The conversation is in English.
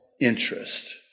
interest